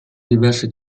diverse